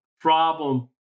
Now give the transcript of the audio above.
problem